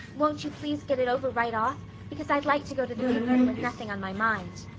won't you please get it over right off because i'd like to go to the picnic with nothing on my mind.